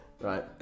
Right